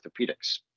orthopedics